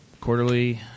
quarterly